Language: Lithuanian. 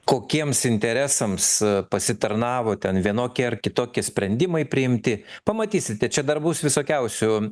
kokiems interesams pasitarnavo ten vienokie ar kitokie sprendimai priimti pamatysite čia dar bus visokiausių